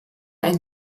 ein